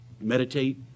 meditate